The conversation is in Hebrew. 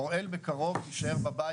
אוראל בקרוב תישאר בבית,